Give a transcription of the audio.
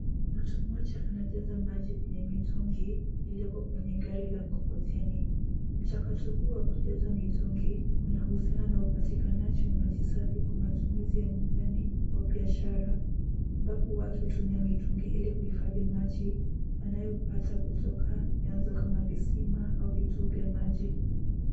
Mtu mmoja anajaza maji kwenye mitungi iliyoko kwenye gari la mkokoteni. Mchakato huo wa kujaza mitungi inahusiana na upatikanaji wa maji safi kwa matumizi ya nyumbani au biashara, ambapo watu hutumia mitungi ili kuhifadhi maji wanayopata kutoka vyanzo kama visima au vituo vya maji.